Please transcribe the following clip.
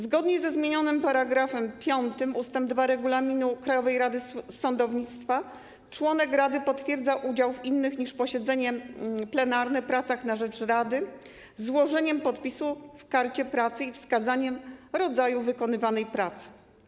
Zgodnie ze zmienionym § 5 ust. 2 Regulaminu Krajowej Rady Sądownictwa członek rady potwierdza udział w innych niż posiedzenie plenarne pracach na rzecz rady złożeniem podpisu w karcie pracy i wskazaniem rodzaju wykonywanej pracy.